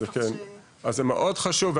זה מאוד חשוב,